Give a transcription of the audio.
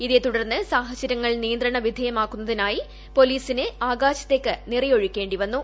ഇതേ തുടർന്ന് സാഹചരൃങ്ങൾ നിയന്ത്രണ വിധേയമാക്കുന്നതിനായി പൊലീസിന് ആകാശത്തേക്ക് നിറയൊഴിക്കേണ്ടിവന്നു